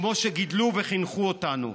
כמו שגידלו וחינכו אותנו.